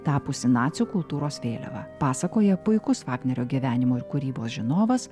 tapusį nacių kultūros vėliava pasakoja puikus vagnerio gyvenimo ir kūrybos žinovas